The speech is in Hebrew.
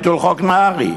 אחרי ביטול חוק נהרי?